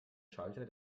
schalter